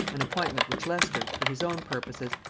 an appointment which leicester, for his own purposes,